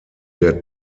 der